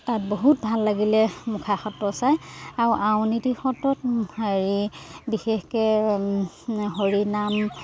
তাত বহুত ভাল লাগিলে মুখা সত্ৰ চায় আৰু আউনীতি সত্ৰত হেৰি বিশেষকৈ হৰিনাম